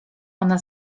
ona